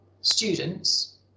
students